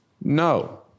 No